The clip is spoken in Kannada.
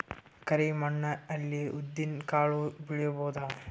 ಕರಿ ಮಣ್ಣ ಅಲ್ಲಿ ಉದ್ದಿನ್ ಕಾಳು ಬೆಳಿಬೋದ?